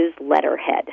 letterhead